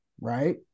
right